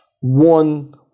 one